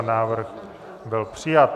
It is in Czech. Návrh byl přijat.